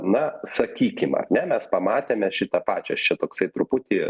na sakykim ar ne mes pamatėme šitą pačią čia toksai truputį